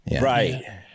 Right